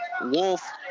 Wolf